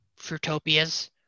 fruitopias